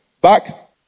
back